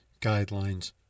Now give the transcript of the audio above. guidelines